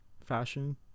fashion